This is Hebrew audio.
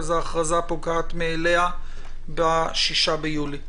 ההכרזה פוקעת מאליה ב-6 ביולי.